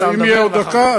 ואם תהיה עוד דקה,